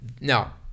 now